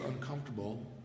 uncomfortable